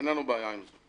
אין לנו בעיה עם זה.